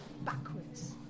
backwards